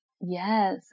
Yes